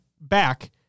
back